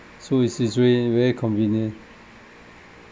so it's it's very very convenient